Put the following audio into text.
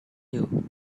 you